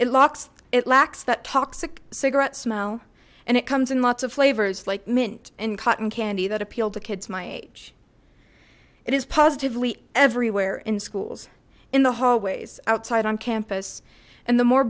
it locks it lacks that toxic cigarette smell and it comes in lots of flavors like mint in cotton candy that appealed to kids my age it is positively everywhere in schools in the hallways outside on campus and the more